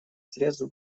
средств